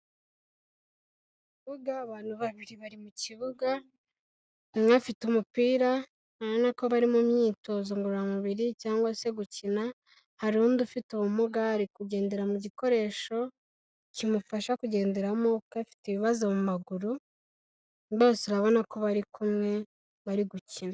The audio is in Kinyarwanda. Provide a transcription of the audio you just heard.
Ku kibuga abantu babiri bari mu kibuga umwe afite umupira n nako bari mu myitozo ngororamubiri cyangwa se gukina hari undi ufite ubumuga ari kugendera mu gikoresho kimufasha kugenderamo kukofite ibibazo mu maguru, bose urabona ko bari kumwe bari gukina.